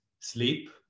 Sleep